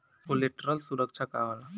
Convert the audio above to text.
Collateral सुरक्षा का होला?